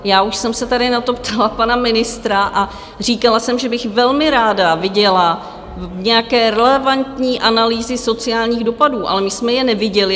Já už jsem se tady na to ptala pana ministra a říkala jsem, že bych velmi ráda viděla nějaké relevantní analýzy sociálních dopadů, ale my jsme je neviděli.